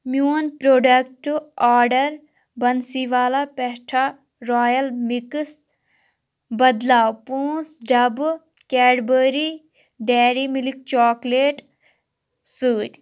میٛون پرٛوڈکٹہٕ آرڈر بَنسی والا پیٹھا رایل مِکٕس بدلاو پٲنٛژھ ڈبہٕ کیڈبٔری ڈیری مِلک چاکلیٹ سۭتۍ